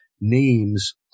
names